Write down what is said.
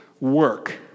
work